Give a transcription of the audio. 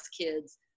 kids